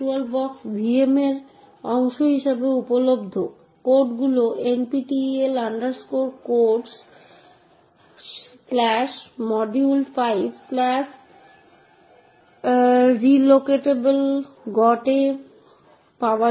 নিয়ন্ত্রণ ব্যবস্থা তাই যে কোনও সিস্টেমকে সুরক্ষিত করার জন্য ডিজাইন করার জন্য আমাদের কিছু অ্যাক্সেস নিয়ন্ত্রণ নীতি নিশ্চিত করতে হবে মূলত যে কোনও সুরক্ষিত সিস্টেমের জন্য তিনটি নির্দিষ্ট লক্ষ্য থাকে যা CIA নামে পরিচিত গোপনীয়তা অখণ্ডতা এবং প্রাপ্যতা